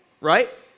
right